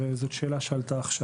הרי זאת שאלה שעלתה עכשיו.